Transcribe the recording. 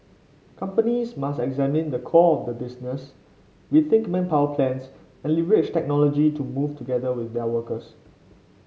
companies must examine the core of their business rethink manpower plans and leverage technology to move together with their workers